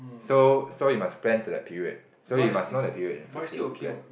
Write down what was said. so so you must plan to that period so you must know that period in the first place to plan